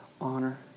honor